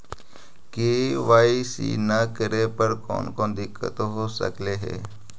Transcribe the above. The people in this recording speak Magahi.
के.वाई.सी न करे पर कौन कौन दिक्कत हो सकले हे?